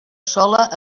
sola